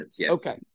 Okay